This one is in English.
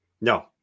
No